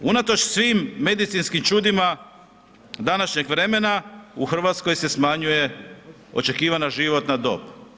Unatoč svim medicinskim čudima današnjeg vremena u Hrvatskoj se smanjuje očekivana životna dob.